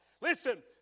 Listen